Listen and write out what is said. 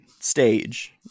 stage